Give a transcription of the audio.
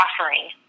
offering